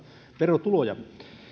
verotuloja